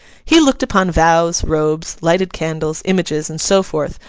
he looked upon vows, robes, lighted candles, images, and so forth,